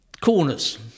corners